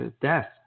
death